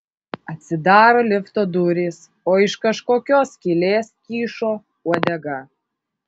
atsidaro lifto durys o iš kažkokios skylės kyšo uodega